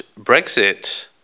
Brexit